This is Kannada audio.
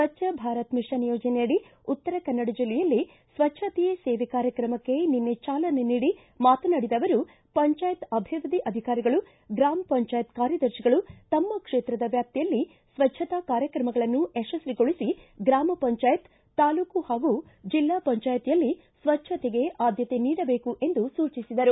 ಸ್ವಚ್ಛ ಭಾರತ ಮಿಷನ್ ಯೋಜನೆಯಡಿ ಉತ್ತರ ಕನ್ನಡ ಜಿಲ್ಲೆಯಲ್ಲಿ ಸ್ವಚ್ಛತೆಯೇ ಸೇವೆ ಕಾರ್ಯಕ್ರಮಕ್ಕೆ ನಿನ್ನೆ ಚಾಲನೆ ನೀಡಿ ಮಾತನಾಡಿದ ಅವರು ಪಂಚಾಯತ್ ಅಭಿವೃದ್ದಿ ಅಧಿಕಾರಿಗಳು ಗ್ರಾಮ್ ಪಂಚಾಯತ್ ಕಾರ್ಯದರ್ತಿಗಳು ತಮ್ಮ ಕ್ಷೇತ್ರದ ವ್ಯಾಪ್ತಿಯಲ್ಲಿ ಸ್ವಚ್ದತಾ ಕಾರ್ಯಕ್ರಮಗಳನ್ನು ಯಶಸ್ವಿಗೊಳಿಸಿ ಗ್ರಾಮ ಪಂಚಾಯತಿ ತಾಲೂಕು ಹಾಗೂ ಜಿಲ್ಲಾ ಪಂಚಾಯತಿಯಲ್ಲಿ ಸ್ವಚ್ಛತೆಗೆ ಆದ್ದತೆ ನೀಡಬೇಕು ಎಂದು ಸೂಚಿಸಿದರು